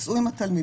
תצאו עם התלמידים.